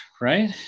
right